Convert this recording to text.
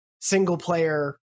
single-player